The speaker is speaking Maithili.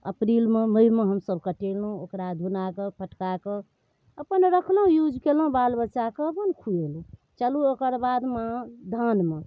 अप्रिलमे मइमे हमसब कटेलहुँ ओकरा धुना कऽ फटका कऽ अपन रखलहुँ यूज कयलहुँ बाल बच्चा कऽ अपन खुएलहुँ चलू ओकर बादमे अहाँ धानमे